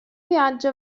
viaggio